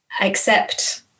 accept